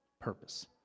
purpose